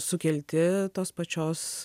sukelti tos pačios